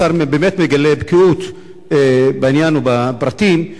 השר באמת מגלה בקיאות בעניין ובפרטים.